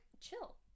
chill